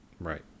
Right